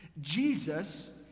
Jesus